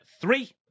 three